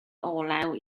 olew